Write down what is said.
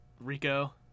Rico